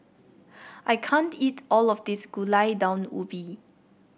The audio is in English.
I can't eat all of this Gulai Daun Ubi